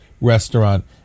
restaurant